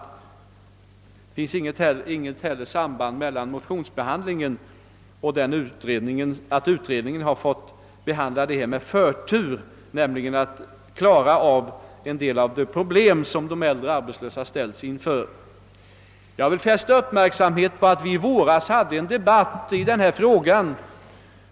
Det finns inte heller något samband mellan motionsbehandlingen och det förhållandet, att utredningen fått behandla detta ärende med förtur, nämligen för att lösa en del av de problem som de äldre arbetslösa har ställts inför. Jag vill fästa uppmärksamheten på att vi i våras hade en debatt i denna fråga.